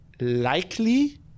likely